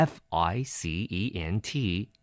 F-I-C-E-N-T